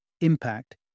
impact